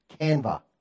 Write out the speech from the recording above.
Canva